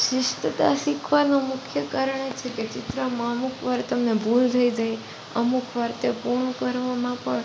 શિસ્તતા શીખવાનો મુખ્ય કારણ એ છે કે ચિત્રમાં અમુકવાર તમને ભૂલ થઈ જાય અમુક વાર તે પૂર્ણ કરવામાં પણ